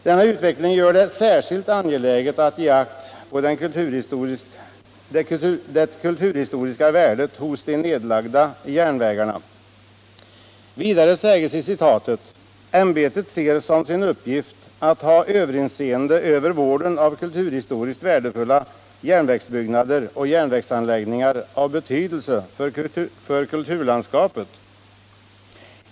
Denna utveckling gör det särskilt angeläget att ge akt på det kulturhistoriska värdet hos de nedlagda järnvägarna. —-—-- Ämbetet ser som sin uppgift att ha överinseende över vården av kulturhistoriskt värdefulla järnvägsbyggnader och järnvägsanläggningar av betydelse för kulturlandskapet.